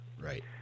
right